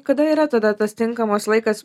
kada yra tada tas tinkamas laikas